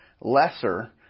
lesser